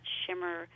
shimmer